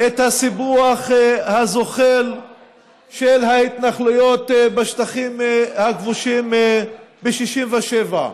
את הסיפוח הזוחל של ההתנחלויות בשטחים הכבושים ב-67'.